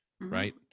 right